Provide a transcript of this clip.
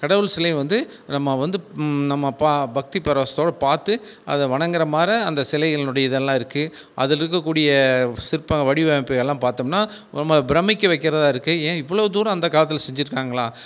கடவுள் சிலை வந்து நம்ம வந்து நம்ம பா பக்தி பரவசத்தோடய பார்த்து அதை வணங்கிற மாதிரி அந்த சிலைங்களோடய இதெல்லாம் இருக்குது அதில் இருக்கக்கூடிய சிற்பம் வடிவமைப்பு எல்லாம் பார்த்தோம்னா ஒரு மாதிரி பிரமிக்க வைக்கிறதா இருக்குது ஏன் இவ்வளோ தூரம் அந்தக் காலத்தில் செஞ்சுருக்காங்களா